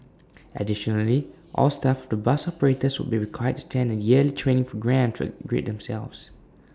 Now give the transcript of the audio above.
additionally all staff of the bus operators would be required to attend A yearly training for grade themselves